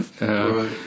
Right